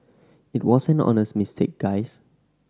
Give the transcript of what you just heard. it was an honest mistake guys